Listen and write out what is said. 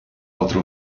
altre